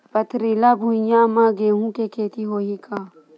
पथरिला भुइयां म गेहूं के खेती होही का?